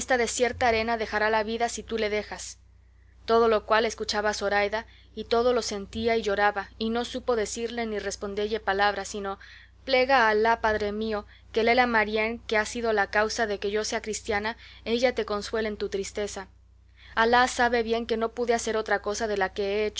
esta desierta arena dejará la vida si tú le dejas todo lo cual escuchaba zoraida y todo lo sentía y lloraba y no supo decirle ni respondelle palabra sino plega a alá padre mío que lela marién que ha sido la causa de que yo sea cristiana ella te consuele en tu tristeza alá sabe bien que no pude hacer otra cosa de la que